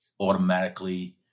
automatically